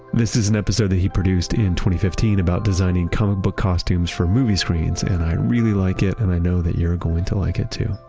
this is an episode he produced in twenty fifteen about designing comic book costumes for movie screens, and i really like it and i know that you're going to like it too.